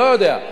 לא יודע.